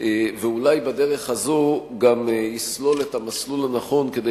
ואולי בדרך הזאת גם יסלול את המסלול הנכון כדי